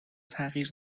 تغییر